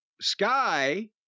Sky